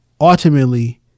ultimately